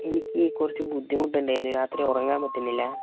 എനിക്ക് കുറച്ചു ബുദ്ധിമുട്ടുണ്ടായിരുന്നു രാത്രി ഉറങ്ങാൻ പറ്റുന്നില്ല